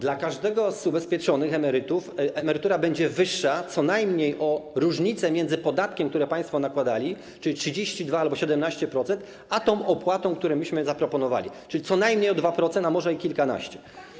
Dla każdego z ubezpieczonych emerytów emerytura będzie wyższa co najmniej o różnicę między podatkiem, który państwo nakładali, czyli 32% albo 17%, a tą opłatą, którą myśmy zaproponowali, czyli co najmniej o 2%, a może i o kilkanaście.